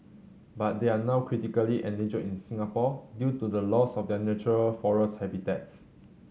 but they are now critically endangered in Singapore due to the loss of their natural forest habitats